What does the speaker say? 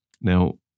Now